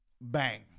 Bang